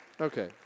Okay